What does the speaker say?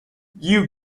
you